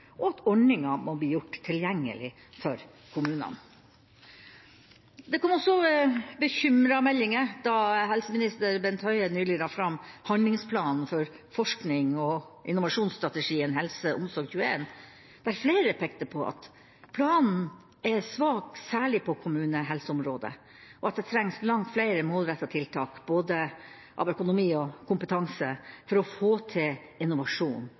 og at ordninga må bli gjort tilgjengelig for kommunene. Det kom også bekymrede meldinger da helseminister Bent Høie nylig la fram handlingsplanen for forsknings- og innovasjonsstrategien HelseOmsorg21, der flere pekte på at planen er svak særlig på kommunehelseområdet, og at det trengs langt flere målrettede tiltak med tanke på både økonomi og kompetanse for å få til innovasjon